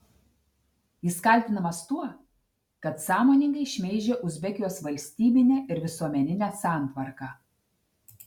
jis kaltinamas tuo kad sąmoningai šmeižė uzbekijos valstybinę ir visuomeninę santvarką